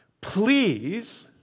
Please